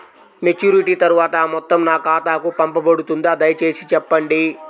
Maturity తర్వాత ఆ మొత్తం నా ఖాతాకు పంపబడుతుందా? దయచేసి చెప్పండి?